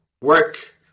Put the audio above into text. work